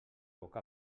poc